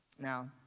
Now